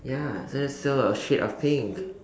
ya so that's still a shade of pink